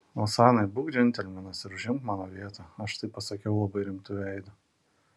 osanai būk džentelmenas ir užimk mano vietą aš tai pasakiau labai rimtu veidu